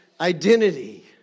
identity